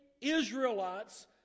Israelites